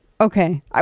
okay